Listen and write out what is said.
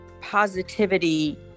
positivity